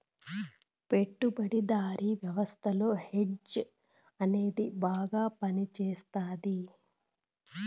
పెట్టుబడిదారీ వ్యవస్థలో హెడ్జ్ అనేది బాగా పనిచేస్తది